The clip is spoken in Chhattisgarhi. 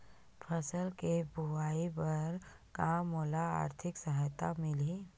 फसल के बोआई बर का मोला आर्थिक सहायता मिलही?